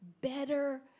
better